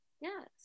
yes